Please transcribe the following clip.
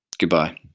goodbye